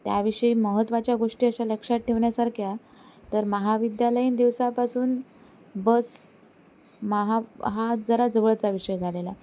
त्याविषयी महत्त्वाच्या गोष्टी अशा लक्षात ठेवण्यासारख्या तर महाविद्यालयीन दिवसापासून बस माझा हा जरा जवळचा विषय झालेला आहे